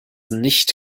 nicht